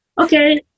okay